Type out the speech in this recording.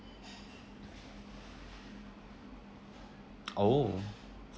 oh